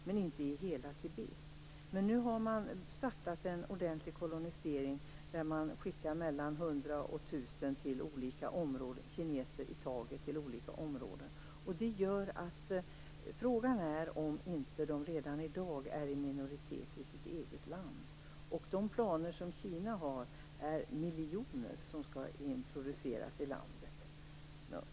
Det finns ingen riktig statistik. Nu har Kina startat en ordentlig kolonisering, och skickar mellan 100 och 1 000 kineser i taget till olika områden. Frågan är om inte tibetanerna redan i dag är i minoritet i sitt eget land. Kina hyser planer på att introducera miljontals människor i landet.